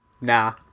Nah